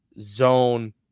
zone